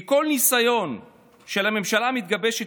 כי בעיניי כל ניסיון של הממשלה המתגבשת